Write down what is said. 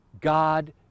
God